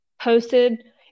posted